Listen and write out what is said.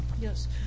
Yes